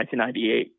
1998